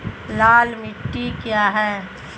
लाल मिट्टी क्या है?